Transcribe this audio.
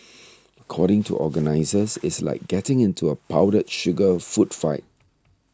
according to organisers it's like getting into a powdered sugar of food fight